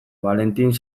valentin